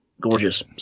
Gorgeous